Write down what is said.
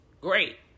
great